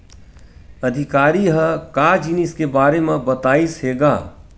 अधिकारी ह का जिनिस के बार म बतईस हे गा?